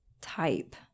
type